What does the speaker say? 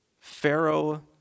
Pharaoh